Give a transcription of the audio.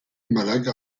malaga